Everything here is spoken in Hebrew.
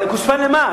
קופסה למה?